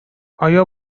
آیا